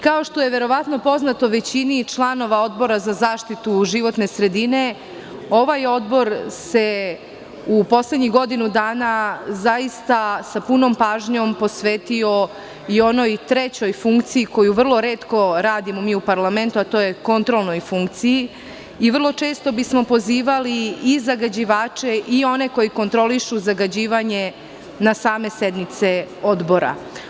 Kao što je verovatno poznato većini članova Odbora za zaštitu životne sredine, ovaj Odbor se u poslednjih godinu dana zaista sa punom pažnjom posvetio i onoj trećoj funkciji koju vrlo retko radimo mi u parlamentu, a to je kontrolnoj funkciji i vrlo često bismo pozivali i zagađivače i one koji kontrolišu zagađivanje na same sednice Odbora.